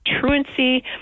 truancy